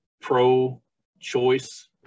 pro-choice